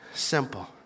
simple